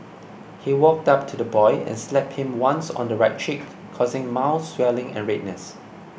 he walked up to the boy and slapped him once on the right cheek causing mouth swelling and redness